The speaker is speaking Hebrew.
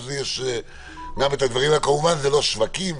אוסאמה, גם ה-14 באוקטובר זה לא מספיק.